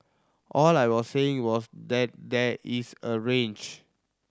all I was saying was that there is a range